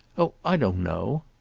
oh i don't know!